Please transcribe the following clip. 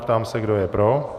Ptám se, kdo je pro.